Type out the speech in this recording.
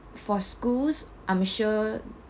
for schools I'm sure